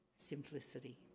simplicity